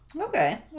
Okay